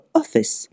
office